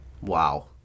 Wow